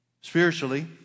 spiritually